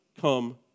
come